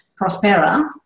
Prospera